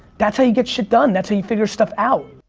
that's how you get shit done. that's how you figure stuff out.